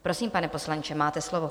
Prosím, pane poslanče, máte slovo.